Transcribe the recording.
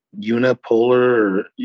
unipolar